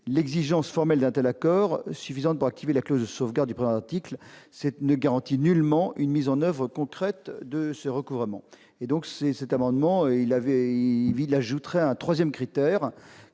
l'exigence formelle d'un tel accord, suffisante pour activer la clause de sauvegarde du présent article, ne garantit nullement une mise en oeuvre concrète de ce recouvrement. Cet amendement a pour objet d'ajouter un troisième critère,